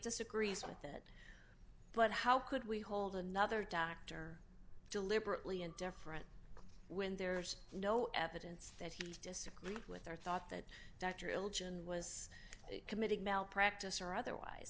disagrees with that but how could we hold another doctor deliberately and different when there's no evidence that he's disagreed with their thought that that religion was committing malpractise or otherwise